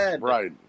Right